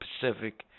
Pacific